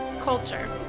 Culture